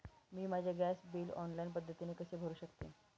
मी माझे gas bill online पद्धतीने कसे भरु शकते?